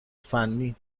فنی